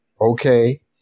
okay